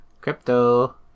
Crypto